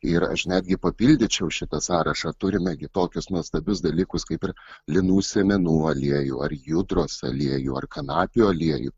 ir aš netgi papildyčiau šitą sąrašą turime kitokius nuostabius dalykus kaip ir linų sėmenų aliejų ar judros aliejų ar kanapių aliejų